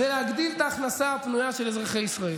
דבר אחד זה להגדיל את ההכנסה הפנויה של אזרחי ישראל.